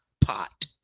pot